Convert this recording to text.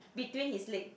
between his leg